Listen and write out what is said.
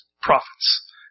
prophets